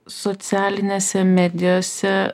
socialinėse medijose